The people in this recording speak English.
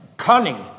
Cunning